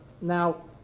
now